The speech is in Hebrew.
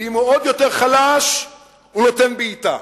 ואם הוא עוד יותר חלש, הוא נותן בעיטה.